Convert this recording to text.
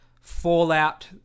Fallout